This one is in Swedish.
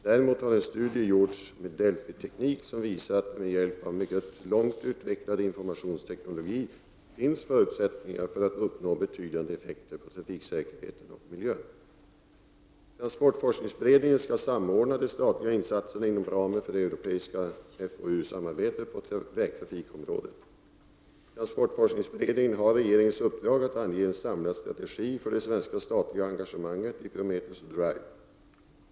Däremot har en studie gjorts med Delphi-teknik som visar att det med hjälp av mycket långt utvecklad informationsteknologi finns förutsättningar för att uppnå betydande effekter på trafiksäkerheten och miljön. Transportforskningsberedningen skall samordna de statliga insatserna inom ramen för det europeiska fou-samarbetet på vägtrafikområdet. Transportforskningsberedningen har regeringens uppdrag att ange en samlad strategi för det svenska statliga engagemanget i Prometheus och Drive.